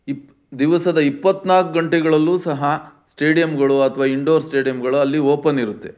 ಇಪ್ಪ್ ದಿವಸದ ಇಪ್ಪತ್ತ್ನಾಲ್ಕು ಗಂಟೆಗಳಲ್ಲೂ ಸಹ ಸ್ಟೇಡಿಯಮ್ಗಳು ಅಥವಾ ಇಂಡೋರ್ ಸ್ಟೇಡ್ಯಮ್ಗಳು ಅಲ್ಲಿ ಓಪನ್ ಇರುತ್ತೆ